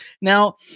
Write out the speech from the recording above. now